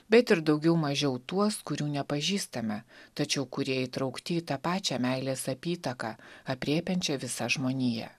bet ir daugiau mažiau tuos kurių nepažįstame tačiau kurie įtraukti į tą pačią meilės apytaką aprėpiančią visą žmoniją